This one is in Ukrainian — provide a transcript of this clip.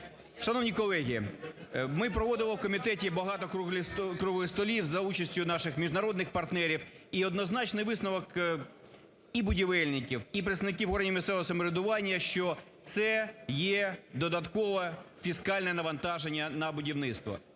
Шановні колеги, ми проводимо в комітеті багато круглих столів за участю наших міжнародних партнерів і однозначний висновок, і будівельників, і представників органів місцевого самоврядування, що це є додаткове фіскальне навантаження на будівництво.